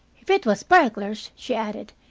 if it was burglars, she added,